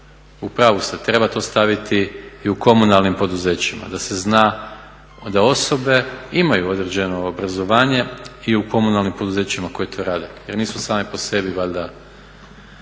U pravu ste, treba to staviti i u komunalnim poduzećima da se zna da osobe imaju određeno obrazovanje i u komunalnim poduzećima koji to rade jer nisu same po sebi valjda